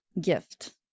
gift